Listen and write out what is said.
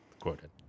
Quoted